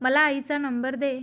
मला आईचा नंबर दे